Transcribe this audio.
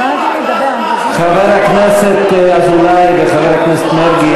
הם הפריעו לה כל הזמן.